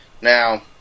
Now